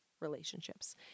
relationships